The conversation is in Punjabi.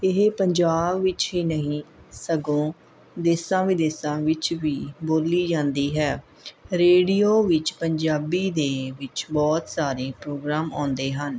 ਇਹ ਪੰਜਾਬ ਵਿੱਚ ਹੀ ਨਹੀਂ ਸਗੋਂ ਦੇਸਾਂ ਵਿਦੇਸਾਂ ਵਿੱਚ ਵੀ ਬੋਲੀ ਜਾਂਦੀ ਹੈ ਰੇਡੀਓ ਵਿੱਚ ਪੰਜਾਬੀ ਦੇ ਵਿੱਚ ਬਹੁਤ ਸਾਰੇ ਪ੍ਰੋਗਰਾਮ ਆਉਂਦੇ ਹਨ